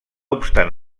obstant